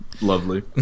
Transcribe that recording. lovely